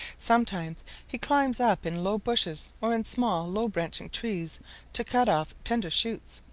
sometimes he climbs up in low bushes or in small, low-branching trees to cut off tender shoots,